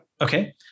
Okay